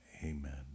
Amen